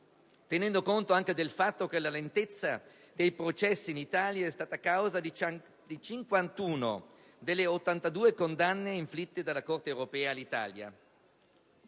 tenendo conto anche del fatto che la lentezza dei processi in Italia è stata causa di 51 delle 82 condanne inflitte dalla Corte europea di